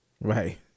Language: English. Right